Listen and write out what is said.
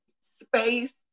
space